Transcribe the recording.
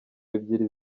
ebyiri